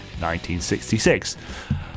1966